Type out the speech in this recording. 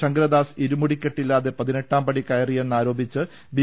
ശങ്കരദാസ് ഇരുമുടിക്കെട്ടില്ലാതെ പതിനെട്ടാംപടി കയറിയെന്ന് ആരോപിച്ച് ബി